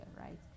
right